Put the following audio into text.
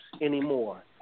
anymore